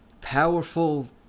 powerful